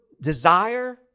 desire